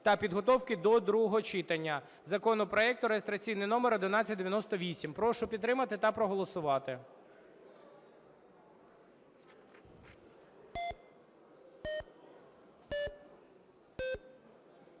та підготовки до другого читання законопроекту реєстраційний номер 1198. Прошу підтримати та проголосувати.